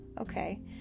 okay